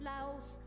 Laos